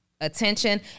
attention